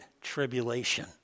tribulation